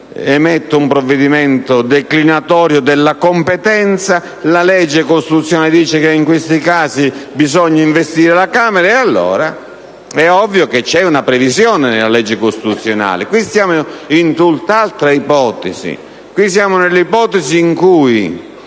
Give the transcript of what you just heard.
emetteva un provvedimento declinatorio della competenza; la legge costituzionale dice che in questi casi bisogna investire la Camera, e allora è ovvio che c'è una previsione nella legge costituzionale. Il caso al nostro esame rientra in tutt'altra ipotesi, l'ipotesi in cui